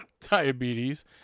diabetes